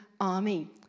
army